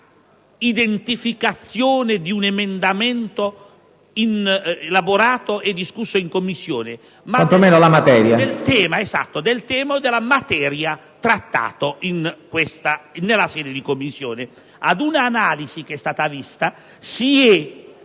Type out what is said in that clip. identificazione di un emendamento elaborato e discusso in Commissione, ma del tema o della materia trattata in sede di Commissione.